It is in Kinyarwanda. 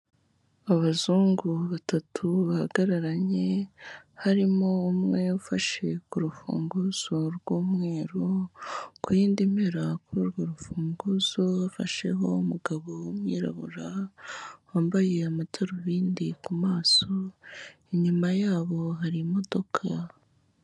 Abazungu batatu bahagararanye, harimo umwe ufashe ku rufunguzo rw'umweru. Ku yindi mpera kuri urwo rufunguzo hafasheho umugabo wirabura wambaye amadarubindi ku maso, inyuma yabo hari imodoka.